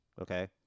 Okay